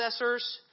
processors